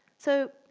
so,